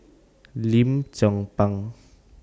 Lim Chong Pang